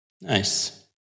Nice